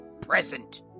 present